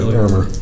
armor